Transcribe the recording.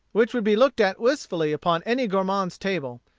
which would be looked at wistfully upon any gourmand's table,